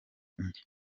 nke